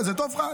זה טוב לך?